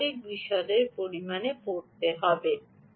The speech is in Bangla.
সর্বাধিক বিশদের পরিমাণে পড়তে হবে